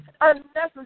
Unnecessary